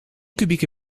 kubieke